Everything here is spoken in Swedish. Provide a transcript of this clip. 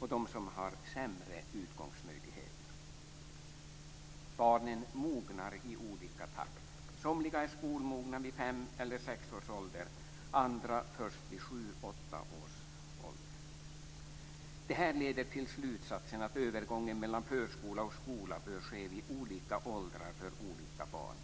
och de som har sämre utgångsmöjligheter. Barn mognar i olika takt. Somliga är skolmogna vid fem eller sex års ålder, andra först vid sju eller åtta års ålder. Det här leder till slutsatsen att övergången mellan förskola och skola bör ske vid olika åldrar för olika barn.